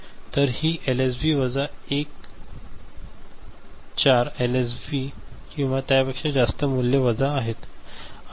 तर ही एलएसबी वजा 1 4 एलएसबी किंवा त्यापेक्षा जास्त मूल्ये वजा आहेत